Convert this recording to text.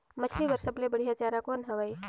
मछरी बर सबले बढ़िया चारा कौन हवय?